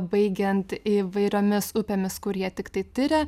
baigiant įvairiomis upėmis kur jie tiktai tiria